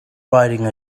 riding